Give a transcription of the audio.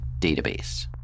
database